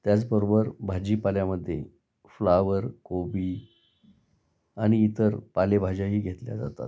त्याचबरोबर भाजीपाल्यामध्ये फ्लावर कोबी आणि इतर पालेभाज्याही घेतल्या जातात